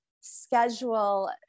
schedule